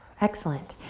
excellent.